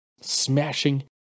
smashing